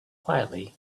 quietly